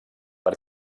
per